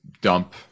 dump